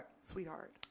sweetheart